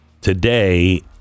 Today